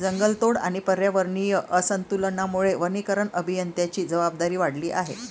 जंगलतोड आणि पर्यावरणीय असंतुलनामुळे वनीकरण अभियंत्यांची जबाबदारी वाढली आहे